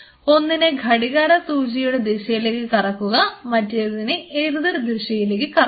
ഒന്നിനെ ഘടികാരസൂചിയുടെ ദിശയിലേക്ക് കറക്കുക മറ്റേതിനെ എതിർദിശയിലേക്ക് കറക്കുക